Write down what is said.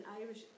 Irish